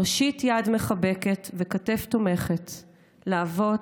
נושיט יד מחבקת וכתף תומכת לאבות,